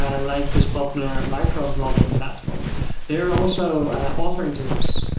ah like this popular microblogging platform they're also authoring tools.